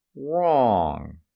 wrong